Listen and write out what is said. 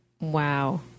Wow